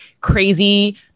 crazy